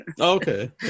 Okay